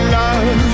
love